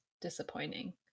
disappointing